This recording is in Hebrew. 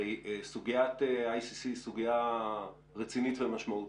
הרי סוגיית ICC היא סוגיה רצינית ומשמעותית,